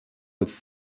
uns